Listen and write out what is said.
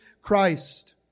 Christ